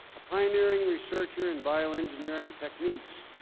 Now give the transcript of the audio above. a pioneering researcher in bioengineering techniques,